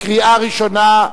קריאה ראשונה,